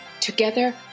Together